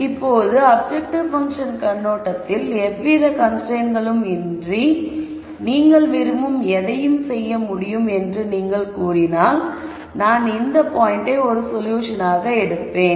இப்போது objective function கண்ணோட்டத்தில் எவ்வித கன்ஸ்ரைன்ட்களும் இன்றி நீங்கள் விரும்பும் எதையும் செய்ய முடியும் என்று நீங்கள் கூறினால் நான் இந்த பாயிண்ட்டை ஒரு சொல்யூஷன் ஆக எடுப்பேன்